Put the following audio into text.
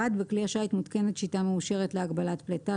בכלי השיט מותקנת שיטה מאושרת להגבלת פליטה,